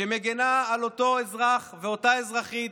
שמגינה על אותו אזרח ואותה אזרחית